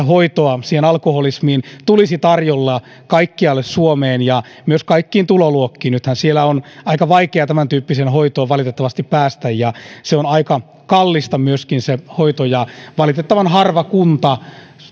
hoitoa alkoholismiin tulisi tarjolle kaikkialle suomeen ja myös kaikkiin tuloluokkiin nythän on aika vaikea tämäntyyppiseen hoitoon valitettavasti päästä ja se hoito on aika kallista myöskin valitettavan harva kunta